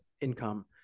income